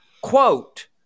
quote